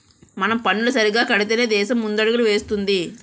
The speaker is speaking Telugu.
మనం పన్నులు సరిగ్గా కడితేనే దేశం ముందడుగులు వేస్తుంది